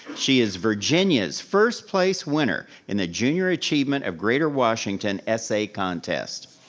she is virginia's first place winner in the junior achievement of greater washington essay contest.